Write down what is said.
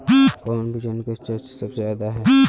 कौन बिचन के चर्चा सबसे ज्यादा है?